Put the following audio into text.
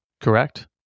Correct